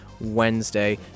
Wednesday